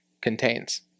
contains